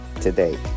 today